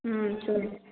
ம் சரி